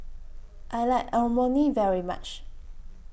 I like Imoni very much